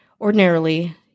Ordinarily